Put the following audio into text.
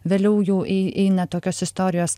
vėliau jau ei eina tokios istorijos